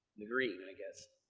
the green, i guess.